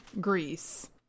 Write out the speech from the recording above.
Greece